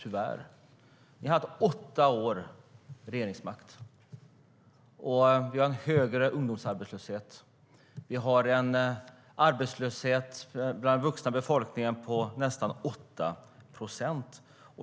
Ni hade regeringsmakten i åtta år, och vi har nu en högre ungdomsarbetslöshet och en arbetslöshet i den vuxna befolkningen på nästan 8 procent.